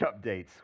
updates